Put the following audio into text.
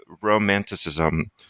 Romanticism